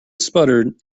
sputtered